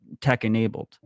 tech-enabled